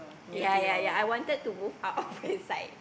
ya ya ya I wanted to move out inside